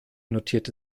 notierte